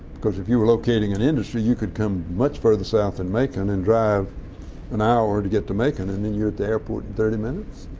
because if you were locating an industry you could come much further south than and macon and drive an hour to get to macon and then you're at the airport in thirty minutes.